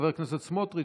חבר הכנסת סמוטריץ',